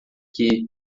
que